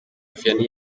vianney